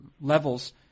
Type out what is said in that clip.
levels